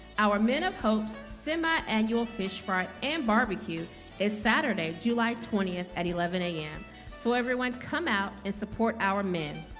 our men of hopes semi annual fish fry and barbecue is saturday, july twentieth at eleven a m so everyone come out and support our men?